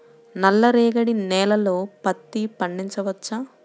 నల్ల రేగడి నేలలో పత్తి పండించవచ్చా?